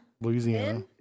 Louisiana